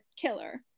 killer